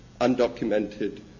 undocumented